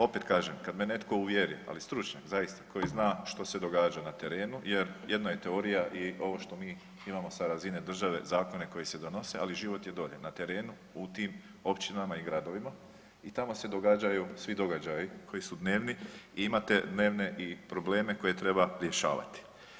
Opet kažem, kad me netko uvjeri, ali stručnjak zaista koji zna što se događa na terenu jer jedna je teorija i ovo što mi imamo sa razine države zakone koji se donose, ali život je dolje na terenu u tim općinama i gradovima i tamo se događaju svi događaji koji su dnevni i imate dnevne probleme koje treba rješavati.